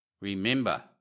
Remember